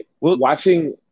watching